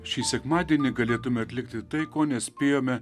šį sekmadienį galėtume atlikti tai ko nespėjome